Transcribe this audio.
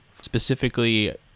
specifically